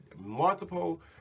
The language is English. multiple